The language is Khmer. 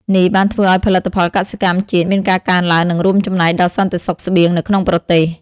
នេះបានធ្វើឲ្យផលិតផលកសិកម្មជាតិមានការកើនឡើង និងរួមចំណែកដល់សន្តិសុខស្បៀងនៅក្នុងប្រទេស។